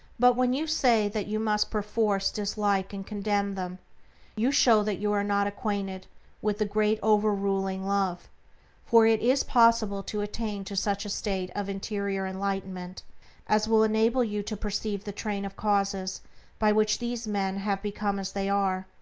but when you say that you must perforce dislike and condemn them you show that you are not acquainted with the great over-ruling love for it is possible to attain to such a state of interior enlightenment as will enable you to perceive the train of causes by which these men have become as they are,